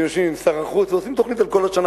אתם יושבים עם שר החוץ ועושים תוכנית לכל השנה